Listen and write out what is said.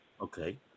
Okay